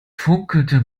funkelte